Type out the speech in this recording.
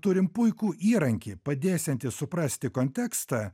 turim puikų įrankį padėsiantį suprasti kontekstą